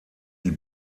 die